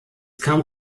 kam